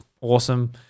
awesome